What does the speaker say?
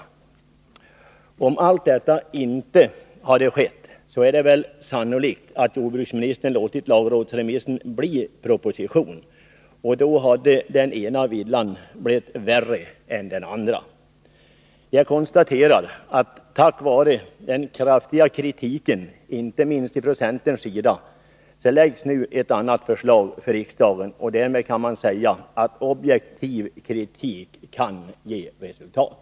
Om allt detta inte hade skett, är det sannolikt att jordbruksministern låtit Nr 107 förslaget bli proposition, och då hade den ena villan blivit värre än den andra. Jag konstaterar att tack vare den kraftiga kritiken —- inte minst från centerns sida — har nu ett annat förslag förelagts riksdagen. Därmed kan man säga att objektiv kritik kan ge resultat.